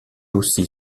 aussi